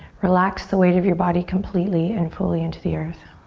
relax the weight of your body completely and fully into the earth.